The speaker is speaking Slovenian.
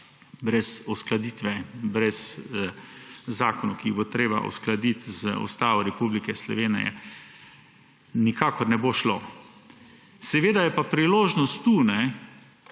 Brez uskladitve, brez zakonov, ki jih bo treba uskladiti z Ustavo Republike Slovenije, nikakor ne bo šlo. Seveda je pa priložnost tu,